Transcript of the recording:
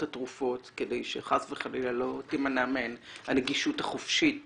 התרופות כדי שחס וחלילה לא תימנע מהן הנגישות החופשית